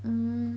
um